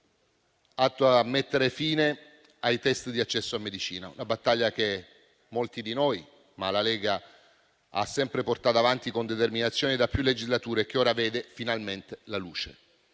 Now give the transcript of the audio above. atto a mettere fine ai test di accesso a medicina: una battaglia che, come molti di noi, la Lega ha sempre portato avanti con determinazione da più legislature e che ora vede finalmente la luce,